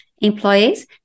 employees